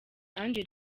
ange